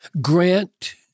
Grant